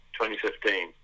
2015